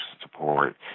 support